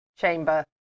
chamber